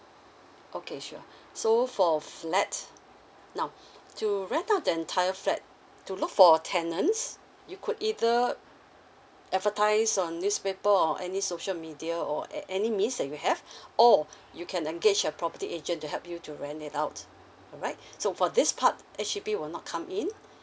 okay sure so for flat now to rent out the entire flat to look for tenants you could either advertise on newspaper or any social media or at any means that you have or you can engage a property agent to help you to rent it out alright so for this part H_D_B will not come in